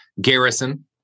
Garrison